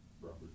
Robert